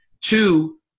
Two